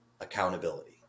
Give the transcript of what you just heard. accountability